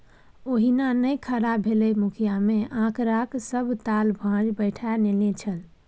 ओहिना नै खड़ा भेलै मुखिय मे आंकड़ाक सभ ताल भांज बैठा नेने छल